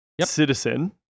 citizen